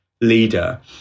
leader